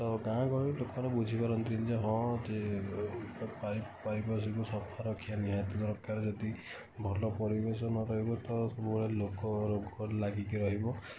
ତ ଗାଁ ଗହଳିର ଲୋକମାନେ ବୁଝି ପାରନ୍ତି ନି ଯେ ହଁ ସେ ପାରିପାର୍ଶ୍ୱିକ ସଫା ରଖିବା ନିହାତି ଦରକାର ଯଦି ଭଲ ପରିବେଶ ନ ରହିବ ତ ପୁରା ଲୋକ ରୋଗ ଲାଗିକି ରହିବ